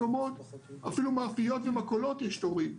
אפילו במאפיות ומכולות יש תורים,